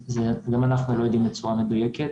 את זה גם אנחנו לא יודעים בצורה מדויקת.